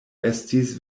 estis